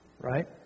Right